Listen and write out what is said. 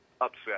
upset